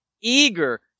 eager